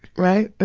right? but